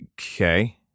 Okay